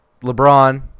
LeBron